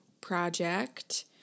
project